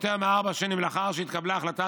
יותר מארבע שנים לאחר שהתקבלה החלטת